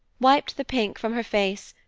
wiped the pink from her face,